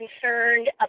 concerned